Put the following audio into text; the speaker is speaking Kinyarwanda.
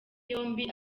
yombi